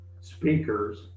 speakers